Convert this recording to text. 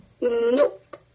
Nope